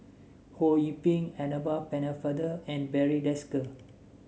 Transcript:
Ho Yee Ping Annabel Pennefather and Barry Desker